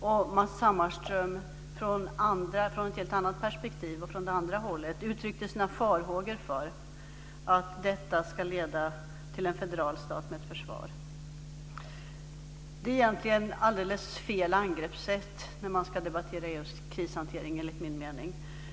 Och Matz Hammarström uttryckte från ett helt annat perspektiv sina farhågor för att detta ska leda till en federal stat med ett försvar. Det är egentligen alldeles fel angreppssätt när man ska debattera EU:s krishantering, enligt min mening.